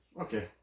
Okay